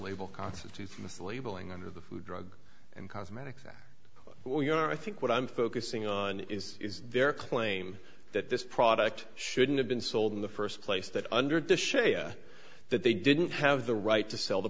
label constitutes mislabeling under the food drug and cosmetic that well you know i think what i'm focusing on is is their claim that this product shouldn't have been sold in the first place that under the shade that they didn't have the right to sell the